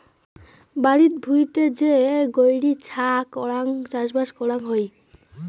বাড়িত ভুঁইতে যে গৈরী ছা করাং চাষবাস করাং হই